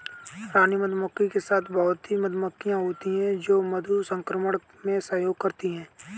रानी मधुमक्खी के साथ बहुत ही मधुमक्खियां होती हैं जो मधु संग्रहण में सहयोग करती हैं